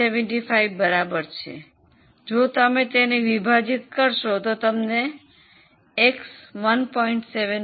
875 બરાબર છે જો તમે તેને વિભાજિત કરો તમને x 1